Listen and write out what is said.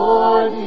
Lord